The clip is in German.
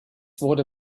wurde